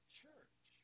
church